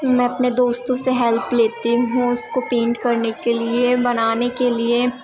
میں اپنے دوستوں سے ہیلپ لیتی ہوں اس کو پینٹ کرنے کے لیے بنانے کے لیے